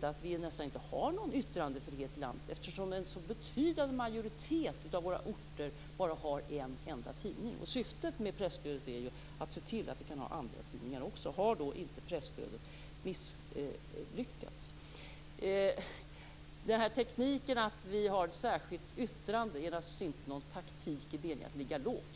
att vi nästan inte har någon yttrandefrihet i vårt land, eftersom en så betydande majoritet av våra orter bara har en enda tidning? Syftet med presstödet är ju att se till att vi också kan ha andratidningar. Har då inte presstödet misslyckats? Tekniken att Folkpartiet har ett särskilt yttrande är naturligtvis inte någon taktik i mening att ligga lågt.